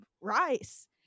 rice